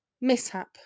mishap